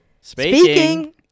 Speaking